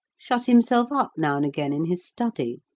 shut himself up now and again in his study.